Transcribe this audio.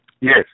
Yes